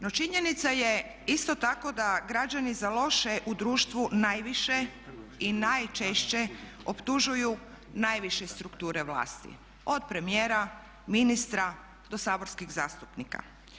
No činjenica je isto tako da građani za loše u društvu najviše i najčešće optužuju najviše strukture vlasti, od premijera, ministra do saborskih zastupnika.